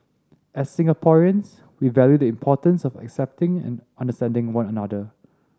as Singaporeans we value the importance of accepting and understanding one another